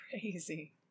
crazy